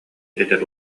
эдэр